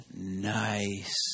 nice